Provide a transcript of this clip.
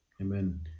Amen